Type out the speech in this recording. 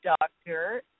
doctor